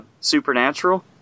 supernatural